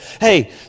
hey